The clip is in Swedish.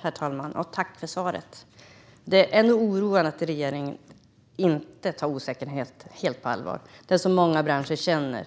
Herr talman! Jag tackar för svaret. Det är ändå oroande att regeringen inte tar osäkerheten helt på allvar; många branscher känner